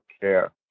care